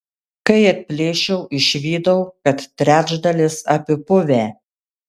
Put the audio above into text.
kai atplėšiau išvydau kad trečdalis apipuvę